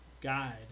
guide